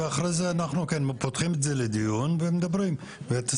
אני מברך על הדיון ומקווה בדיון הזה ובעקבות דיונים אחרים שהיו,